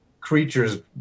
creatures